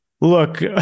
look